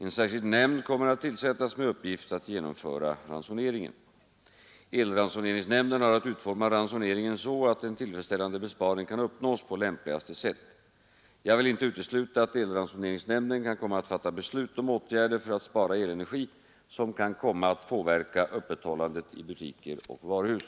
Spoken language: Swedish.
En särskild nämnd kommer att tillsättas med uppgift att genomföra ransoneringen. Elransoneringsnämnden har att utforma ransoneringen så att en tillfredsställande besparing kan uppnås på lämpligaste sätt. Jag vill inte utesluta att elransoneringsnämnden kan komma att fatta beslut om åtgärder för att spara elenergi som kan komma att påverka öppethållandet i butiker och varuhus.